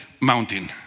mountain